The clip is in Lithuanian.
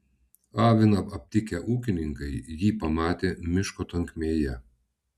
aviną aptikę ūkininkai jį pamatė miško tankmėje